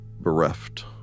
Bereft